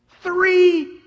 Three